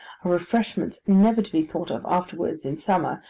are refreshments never to be thought of afterwards, in summer,